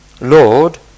Lord